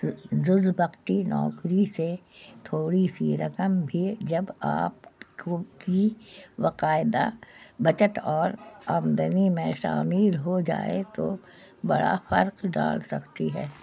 جز وقتی نوکری سے تھوڑی سی رقم بھی جب آپ کو کی باقاعدہ بچت اور آمدنی میں شامل ہو جائے تو بڑا فرق ڈال سکتی ہے